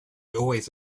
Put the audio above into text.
always